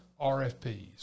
RFPs